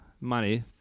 money